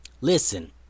Listen